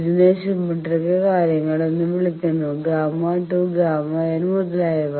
ഇതിനെ സിമെട്രിക്കൽ കാര്യങ്ങൾ എന്ന് വിളിക്കുന്നു Γ2 ΓN മുതലായവ